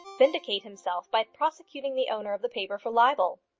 vindicate himself by prosecuting the owner of the paper for libel.